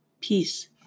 peace